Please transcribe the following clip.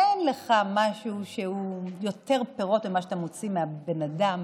אין לך משהו שהוא יותר פירות ממה שאתה מוציא מהבן האדם,